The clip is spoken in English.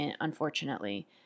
unfortunately